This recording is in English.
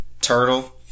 turtle